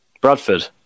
Bradford